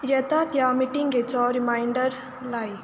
येता त्या मिटींगेचो रिमांयडर लाय